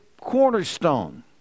cornerstone